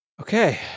Okay